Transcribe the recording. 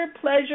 pleasure